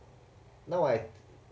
now I